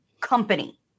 company